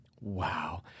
Wow